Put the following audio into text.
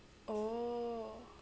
oh